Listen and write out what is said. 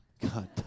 God